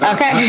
Okay